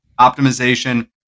optimization